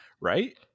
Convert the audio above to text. right